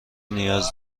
نیاز